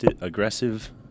aggressive